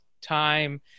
time